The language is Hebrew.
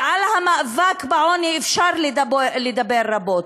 ועל המאבק בעוני אפשר לדבר רבות.